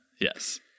Yes